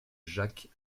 jacques